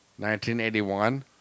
1981